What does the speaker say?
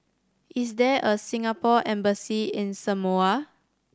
is there a Singapore Embassy in Samoa